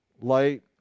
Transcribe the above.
light